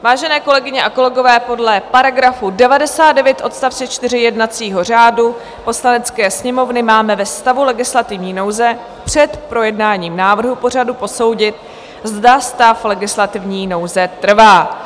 Vážené kolegyně a kolegové, podle § 99 odst. 4 jednacího řádu Poslanecké sněmovny máme ve stavu legislativní nouze před projednáním návrhu pořadu posoudit, zda stav legislativní nouze trvá.